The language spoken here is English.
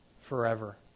forever